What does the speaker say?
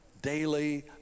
daily